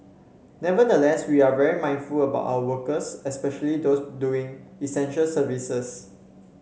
nevertheless we are very mindful about our workers especially those doing essential services